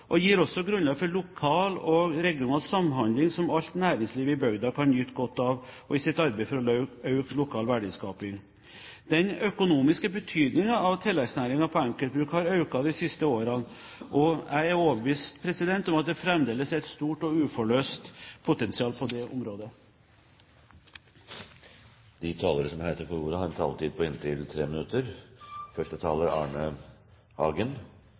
og gir også grunnlag for lokal og regional samhandling som alt næringsliv i bygda kan nyte godt av i sitt arbeid for økt lokal verdiskaping. Den økonomiske betydningen av tilleggsnæringer på enkeltbruk har økt de siste årene, og jeg er overbevist om at det fremdeles er et stort og uforløst potensial på det området.